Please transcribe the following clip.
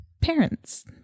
parents